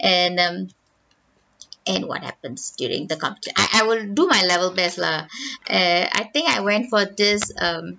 and um and what happens during the competition I I will do my level best lah uh I think I went for this um